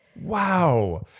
Wow